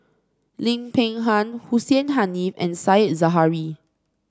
Lim Peng Han Hussein Haniff and Said Zahari